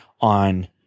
on